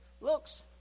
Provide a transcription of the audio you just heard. looks